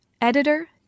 Editor